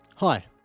Hi